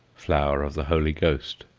flower of the holy ghost.